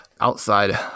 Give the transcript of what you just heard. outside